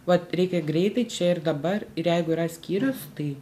vat reikia greitai čia ir dabar ir jeigu yra skyrius tai